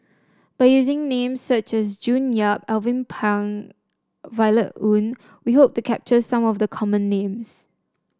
by using names such as June Yap Alvin Pang Violet Oon we hope to capture some of the common names